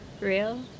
Real